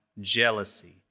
jealousy